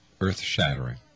earth-shattering